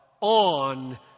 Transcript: on